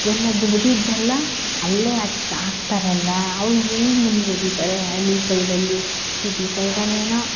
ಎಲ್ಲ ದುಡಿದಿದ್ದೆಲ್ಲ ಅಲ್ಲೇ ಹಾಕಿ ಹಾಕ್ತಾರಲ್ಲ ಅವ್ರು ಹೆಂಗೆ ಮುಂದುವರಿತಾರೆ ಹಳ್ಳಿ ಸೈಡ್ ಅಲ್ಲಿ ಸಿಟಿ ಸೈಡಲ್ಲೇನೋ